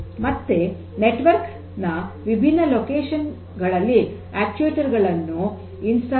ಮತ್ತೆ ನೆಟ್ವರ್ಕ್ ನ ವಿಭಿನ್ನ ಸ್ಥಳಗಳಲ್ಲಿ ಅಕ್ಟುಯೆಟರ್ ಗಳನ್ನು ಸ್ಥಾಪಿಸಲಾಗಿದೆ